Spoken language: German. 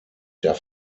der